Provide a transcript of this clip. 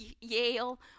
yale